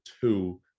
two